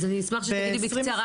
אוקיי, אז אני אשמח שתגידי בקצרה.